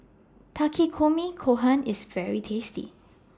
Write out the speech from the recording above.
Takikomi Gohan IS very tasty